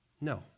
no